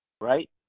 right